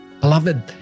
beloved